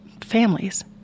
families